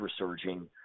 resurging